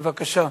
בבקשה.